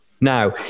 Now